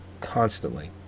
Constantly